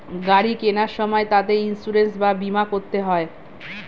গাড়ি কেনার সময় তাতে ইন্সুরেন্স বা বীমা করতে হয়